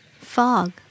Fog